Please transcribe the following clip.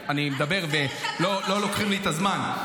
אני מדבר, ולא לוקחים לי את הזמן.